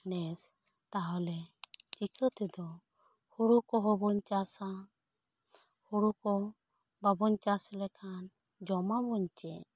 ᱱᱮᱥ ᱛᱟᱦᱚᱞᱮ ᱪᱤᱠᱟᱹ ᱛᱮᱫᱚ ᱦᱳᱲᱳ ᱠᱚᱦᱚᱸ ᱵᱚ ᱪᱟᱥᱟ ᱦᱳᱲᱳ ᱠᱚ ᱵᱟᱵᱚᱱ ᱪᱟᱥ ᱞᱮᱠᱷᱟᱱ ᱡᱚᱢᱟ ᱵᱚᱱ ᱪᱮᱫ